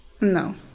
No